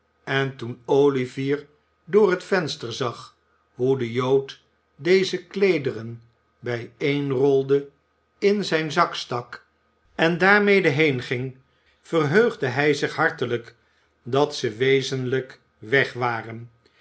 en toen olivier door het venster zag hoe de jood deze kleederen bijeenrolde in zijn zak stak en daarmede heenging verheugde hij zich hartelijk dat ze wezenlijk weg waren